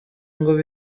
ngo